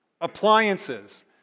appliances